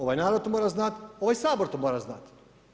Ovaj narod to mora znati, ovaj Sabor to mora znati?